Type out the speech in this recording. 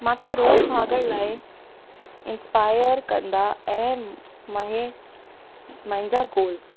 मूंखे रोज़ु भाॻण लाइ इंस्पायर कंदा ऐं महें मुंहिंजा गोल्स